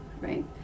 Right